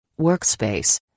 workspace